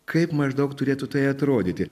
kaip maždaug turėtų tai atrodyti